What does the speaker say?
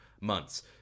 months